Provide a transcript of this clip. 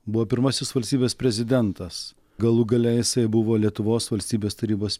buvo pirmasis valstybės prezidentas galų gale jisai buvo lietuvos valstybės tarybos